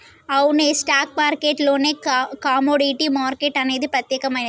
అవునే stock market లోనే commodity market అనేది ప్రత్యేకమైనది